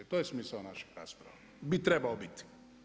To je smisao naših rasprava, bi trebao biti.